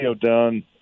done